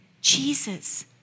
Jesus